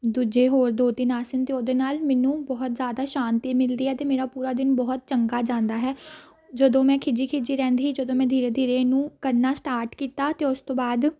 ਦੂਜੇ ਹੋਰ ਦੋ ਤਿੰਨ ਆਸਨ ਅਤੇ ਉਹਦੇ ਨਾਲ ਮੈਨੂੰ ਬਹੁਤ ਜ਼ਿਆਦਾ ਸ਼ਾਂਤੀ ਮਿਲਦੀ ਹੈ ਅਤੇ ਮੇਰਾ ਪੂਰਾ ਦਿਨ ਬਹੁਤ ਚੰਗਾ ਜਾਂਦਾ ਹੈ ਜਦੋਂ ਮੈਂ ਖਿਝੀ ਖਿਝੀ ਰਹਿੰਦੀ ਸੀ ਜਦੋਂ ਮੈਂ ਧੀਰੇ ਧੀਰੇ ਇਹਨੂੰ ਕਰਨਾ ਸਟਾਰਟ ਕੀਤਾ ਅਤੇ ਉਸ ਤੋਂ ਬਾਅਦ